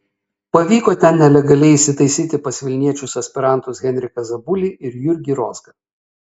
pavyko ten nelegaliai įsitaisyti pas vilniečius aspirantus henriką zabulį ir jurgį rozgą